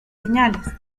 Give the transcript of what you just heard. señales